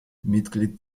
mitglied